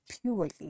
purely